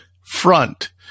front